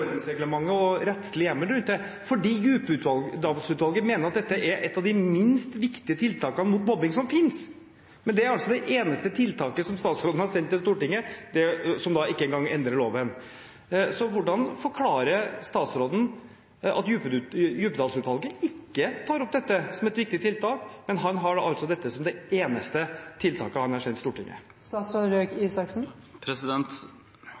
og den rettslige hjemmelen rundt det. Djupedal-utvalget mener at dette er et av de minst viktige tiltakene mot mobbing som finnes, men det er altså det eneste tiltaket som statsråden har sendt til Stortinget, et tiltak som ikke engang endrer loven. Hvordan forklarer statsråden at Djupedal-utvalget ikke tar opp dette som et viktig tiltak, men at dette er det eneste tiltaket han har